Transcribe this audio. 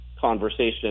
conversation